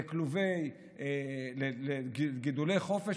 לגידולי חופש,